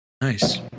Nice